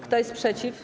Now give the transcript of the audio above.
Kto jest przeciw?